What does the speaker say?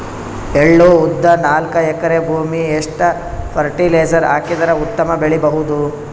ಎಳ್ಳು, ಉದ್ದ ನಾಲ್ಕಎಕರೆ ಭೂಮಿಗ ಎಷ್ಟ ಫರಟಿಲೈಜರ ಹಾಕಿದರ ಉತ್ತಮ ಬೆಳಿ ಬಹುದು?